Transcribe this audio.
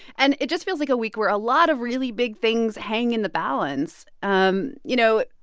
and it just feels like a week where a lot of really big things hang in the balance. um you know,